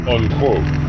Unquote